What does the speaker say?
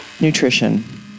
Nutrition